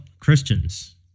Christians